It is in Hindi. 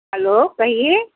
हलो कहिए